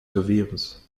gewehres